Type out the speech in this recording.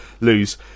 lose